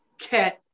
cat